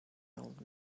old